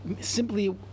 Simply